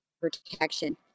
protection